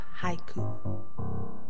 haiku